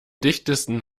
dichtesten